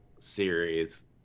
series